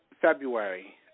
February